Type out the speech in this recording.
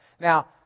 Now